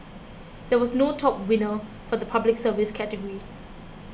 there was no top winner for the Public Service category